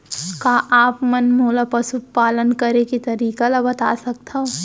का आप मन मोला पशुपालन करे के तरीका ल बता सकथव?